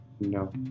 No